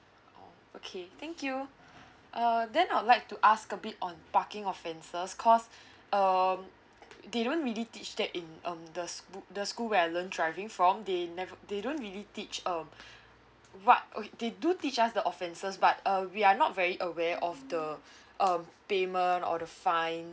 oh okay thank you uh then I'll like to ask a bit on parking offenses cause um they don't really teach that in um the book the school that I learnt driving from they nev~ they don't really teach um what o~ they do teach us the offenses but uh we are not very aware of the um payment or the fine